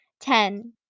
Ten